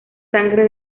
sangre